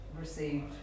received